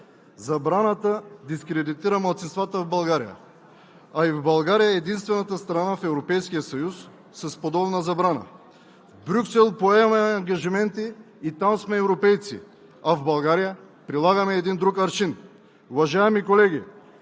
Забраната дискредитира малцинствата в България, а и България е единствената страна в Европейския съюз с подобна забрана. В Брюксел поемаме ангажименти и там сме европейци, а в България прилагаме друг аршин. Уважаеми колеги,